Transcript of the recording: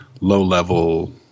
low-level